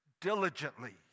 Diligently